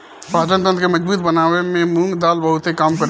पाचन तंत्र के मजबूत बनावे में मुंग दाल बहुते काम करेला